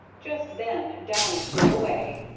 just then downy flew away,